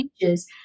changes